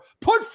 Put